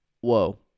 Whoa